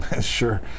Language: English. sure